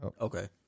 Okay